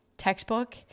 textbook